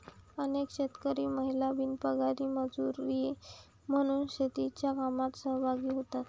अनेक शेतकरी महिला बिनपगारी मजुरी म्हणून शेतीच्या कामात सहभागी होतात